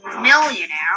millionaire